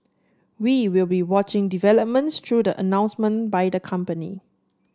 we will be watching developments through the announcement by the company